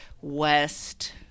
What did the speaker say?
west